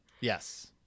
Yes